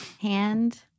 hand